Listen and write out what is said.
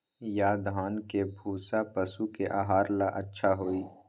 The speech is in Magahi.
या धान के भूसा पशु के आहार ला अच्छा होई?